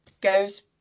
goes